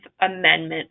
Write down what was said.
Amendment